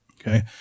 Okay